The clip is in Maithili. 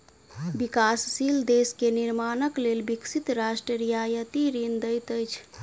विकासशील देश के निर्माणक लेल विकसित राष्ट्र रियायती ऋण दैत अछि